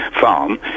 farm